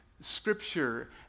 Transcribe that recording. scripture